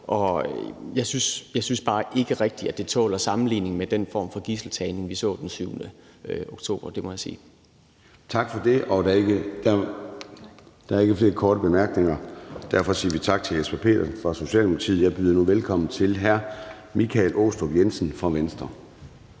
på. Jeg synes bare ikke rigtig, det tåler en sammenligning med den form for gidseltagning, vi så den 7. oktober – det må jeg sige. Kl. 23:18 Formanden (Søren Gade): Tak for det. Der er ikke flere korte bemærkninger. Derfor siger vi tak til hr. Jesper Petersen fra Socialdemokratiet. Jeg byder nu velkommen til hr. Michael Aastrup Jensen fra Venstre.